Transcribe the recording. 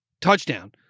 touchdown